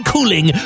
Cooling